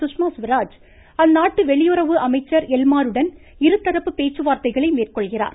சுஷ்மாஸ்வராஜ் அந்நாட்டு வெளியுறவு அமைச்சர் எல்மாருடன் இருதரப்பு பேச்சுவார்தைகளை மேற்கொள்கிறார்